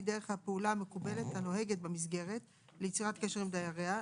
דרך הפעולה המקובלת הנוהגת במסגרת ליצירת קשר עם דייריה,